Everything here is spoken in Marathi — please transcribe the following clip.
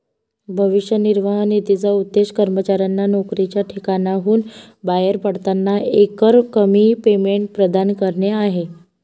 भविष्य निर्वाह निधीचा उद्देश कर्मचाऱ्यांना नोकरीच्या ठिकाणाहून बाहेर पडताना एकरकमी पेमेंट प्रदान करणे आहे